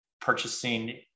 purchasing